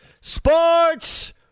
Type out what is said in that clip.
Sports